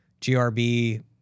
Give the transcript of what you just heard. GRB